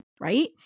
right